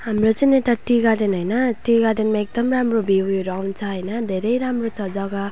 हाम्रो चाहिँ यता टी गार्डेन हैन टी गार्डेनमा एकदम राम्रो भिउहरू आउँछ हैन धेरै राम्रो छ जग्गा